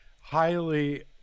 Highly